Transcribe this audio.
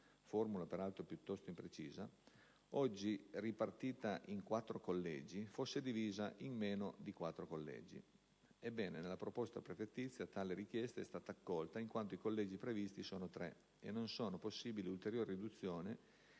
(formula peraltro piuttosto imprecisa), oggi ripartita in quattro collegi, fosse divisa in «meno di quattro collegi». Ebbene, nella proposta prefettizia tale richiesta è stata accolta in quanto i collegi previsti sono tre e non sono possibili ulteriori riduzioni,